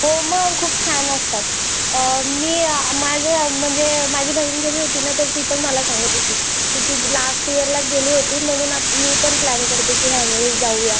हो मग खूप छान असतात मी माझ्या म्हणजे माझी बहीण गेली होती ना तर ती पण मला सांगत होती की ती लास्ट इअरलाच गेली होती म्हणून आ मी पण प्लॅन करते की ह्यावेळेस जाऊया